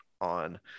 on